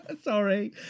Sorry